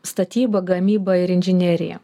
statybą gamybą ir inžineriją